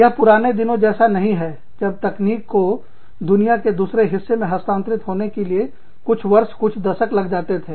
यह पुराने दिनों जैसा नहीं है जब तकनीक को दुनिया के दूसरे हिस्से में हस्तांतरित होने के लिए कुछ वर्ष कुछ दशक लग जाते थे